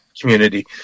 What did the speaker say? community